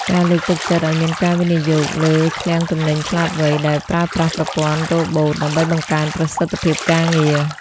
ការលើកទឹកចិត្តឱ្យមានការវិនិយោគលើ "ឃ្លាំងទំនិញឆ្លាតវៃ" ដែលប្រើប្រាស់ប្រព័ន្ធរ៉ូបូត ដើម្បីបង្កើនប្រសិទ្ធភាពការងារ។